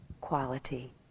quality